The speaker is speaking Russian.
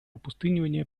опустынивания